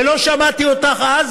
ולא שמעתי אותך אז,